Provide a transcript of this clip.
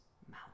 mountain